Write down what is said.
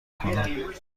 کنند